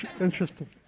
Interesting